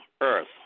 earth